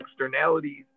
externalities